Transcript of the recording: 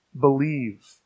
believe